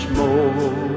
more